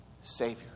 Savior